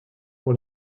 pour